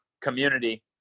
community